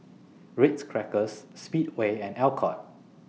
Ritz Crackers Speedway and Alcott